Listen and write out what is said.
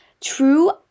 true